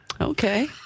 Okay